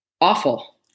Awful